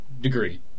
degree